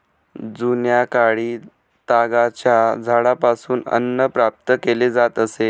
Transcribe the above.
जुन्याकाळी तागाच्या झाडापासून अन्न प्राप्त केले जात असे